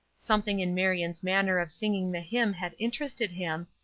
something in marion's manner of singing the hymn had interested him,